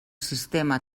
sistema